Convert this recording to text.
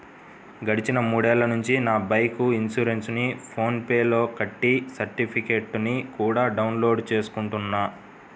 గడిచిన మూడేళ్ళ నుంచి నా బైకు ఇన్సురెన్సుని ఫోన్ పే లో కట్టి సర్టిఫికెట్టుని కూడా డౌన్ లోడు చేసుకుంటున్నాను